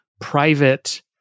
private